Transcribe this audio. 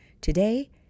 Today